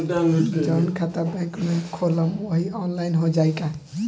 जवन खाता बैंक में खोलम वही आनलाइन हो जाई का?